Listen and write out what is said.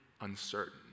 uncertain